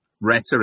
rhetoric